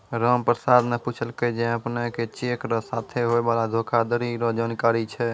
रामप्रसाद न पूछलकै जे अपने के चेक र साथे होय वाला धोखाधरी रो जानकारी छै?